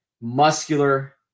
muscular